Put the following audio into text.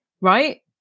Right